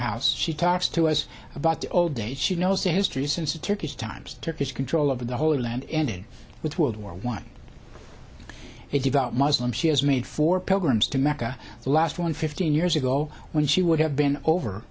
house she talks to us about the old days she knows the history since the turkish times turkish control of the land ended with world war one a devout muslim she has made for pilgrims to mecca the last one fifteen years ago when she would have been over